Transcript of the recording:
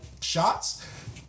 shots